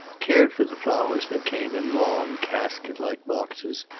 cared for the flowers that came in long casket-like boxes,